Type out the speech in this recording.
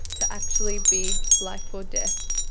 to actually be life or death.